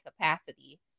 capacity